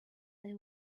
they